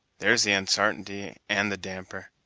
there's the unsartainty, and the damper!